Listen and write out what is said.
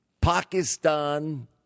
Pakistan